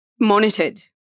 monitored